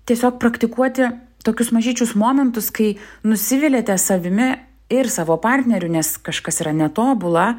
tiesiog praktikuoti tokius mažyčius momentus kai nusiviliate savimi ir savo partneriu nes kažkas yra netobula